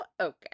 Okay